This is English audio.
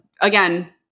again